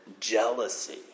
jealousy